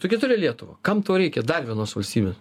tu gi turi lietuvą kam tau reikia dar vienos valstybės